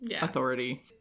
authority